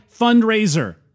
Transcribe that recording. Fundraiser